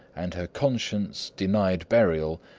and her conscience, denied burial,